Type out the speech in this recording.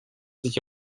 sich